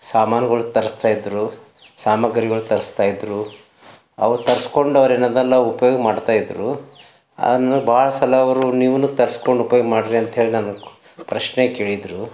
ಸಾಮಾನ್ಗಳು ತರಿಸ್ತಾಯಿದ್ರು ಸಾಮಾಗ್ರಿಗಳು ತರಿಸ್ತಾಯಿದ್ರು ಅವ್ರು ತರ್ಸ್ಕೊಂಡವ್ರು ಏನದೆಲ್ಲ ಉಪಯೋಗ ಮಾಡ್ತಾಯಿದ್ದರು ಅಂದ್ರೆ ಭಾಳ ಸಲ ಅವರು ನೀವೂ ತರ್ಸ್ಕೊಂಡು ಉಪಯೋಗ ಮಾಡಿರಿ ಅಂಥೇಳಿ ನನ್ಗೆ ಪ್ರಶ್ನೆ ಕೇಳಿದರು